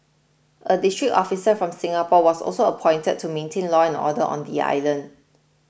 a district officer from Singapore was also appointed to maintain law and order on the island